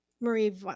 Marie